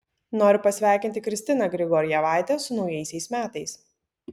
noriu pasveikinti kristiną grigorjevaitę su naujaisiais metais